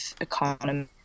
economy